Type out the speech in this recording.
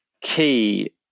key